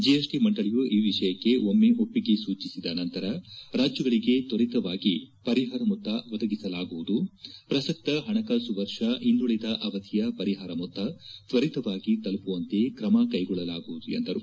GST ಮಂಡಳಿಯು ಈ ವಿಷಯಕ್ಕೆ ಒಮ್ನೆ ಒಪ್ಪಿಗೆ ಸೂಚಿಸಿದ ನಂತರ ರಾಜ್ವಗಳಿಗೆ ತ್ವರಿತವಾಗಿ ಪರಿಹಾರ ಮೊತ್ತ ಒದಗಿಸಲಾಗುವುದು ಮತ್ತು ಪ್ರಸಕ್ತ ಹಣಕಾಸು ವರ್ಷ ಇನ್ನುಳಿದ ಅವಧಿಯ ಪರಿಹಾರ ಮೊತ್ತ ತ್ವರಿತವಾಗಿ ತಲುಪುವಂತೆ ಕ್ರಮ ಕೈಗೊಳ್ಳಲಾಗುವುದು ಎಂದರು